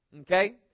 Okay